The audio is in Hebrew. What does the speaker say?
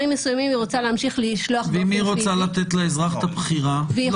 מסוימים היא רוצה להמשיך לשלוח -- ואם היא רוצה לתת לאזרח את הבחירה?